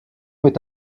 met